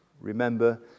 remember